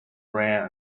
rare